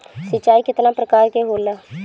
सिंचाई केतना प्रकार के होला?